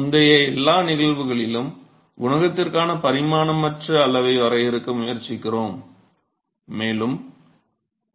முந்தைய எல்லா நிகழ்வுகளிலும் குணகத்திற்கான பரிமாணமற்ற அளவை வரையறுக்க முயற்சிக்கிறோம் மேலும்